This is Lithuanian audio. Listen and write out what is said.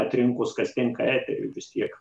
atrinkus kas tinka eteriui vis tiek